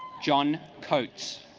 john coates